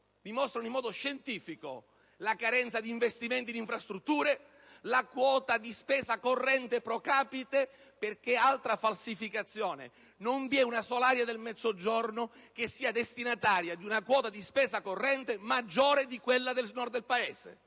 dimostrano in modo scientifico la carenza di investimenti in infrastrutture e la quota di spesa corrente *pro capite*. Questa è un'altra falsificazione. Non vi è una sola area del Mezzogiorno che sia destinataria di una quota di spesa corrente maggiore di quella attribuita al Nord del Paese.